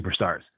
superstars